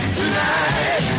tonight